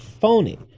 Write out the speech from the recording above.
phony